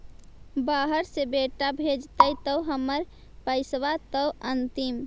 बाहर से बेटा भेजतय त हमर पैसाबा त अंतिम?